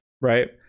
right